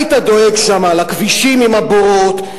היית דואג שם לכבישים עם הבורות,